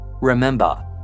Remember